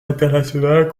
international